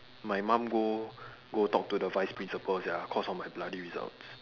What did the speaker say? my mum go go talk to the vice principal sia cause of my bloody results